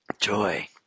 joy